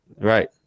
Right